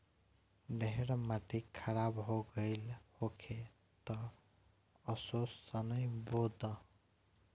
ढेर माटी खराब हो गइल होखे तअ असो सनइ बो दअ